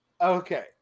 Okay